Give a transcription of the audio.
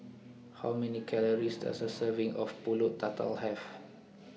How Many Calories Does A Serving of Pulut Tatal Have